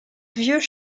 vieux